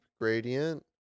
gradient